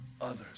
others